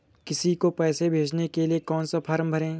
किसी को पैसे भेजने के लिए कौन सा फॉर्म भरें?